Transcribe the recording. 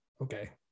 okay